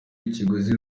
ikiguzi